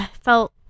felt